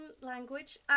language